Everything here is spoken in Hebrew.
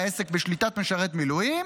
והעסק בשליטת משרת מילואים,